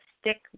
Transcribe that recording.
stick